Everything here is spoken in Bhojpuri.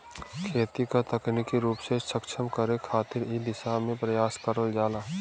खेती क तकनीकी रूप से सक्षम करे खातिर इ दिशा में प्रयास करल जाला